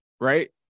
right